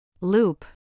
Loop